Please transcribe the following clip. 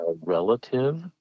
relative